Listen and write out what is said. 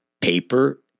paper